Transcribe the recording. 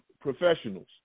professionals